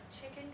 chicken